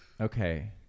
Okay